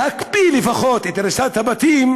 להקפיא לפחות את הריסת הבתים